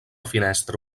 finestra